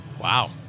Wow